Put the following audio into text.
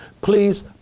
please